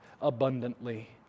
abundantly